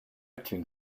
tend